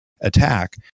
Attack